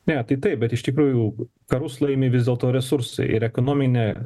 ne tai taip bet iš tikrųjų karus laimi vis dėlto resursai ir ekonominė